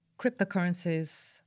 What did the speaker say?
Cryptocurrencies